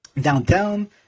downtown